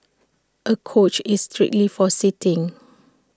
A couch is strictly for sitting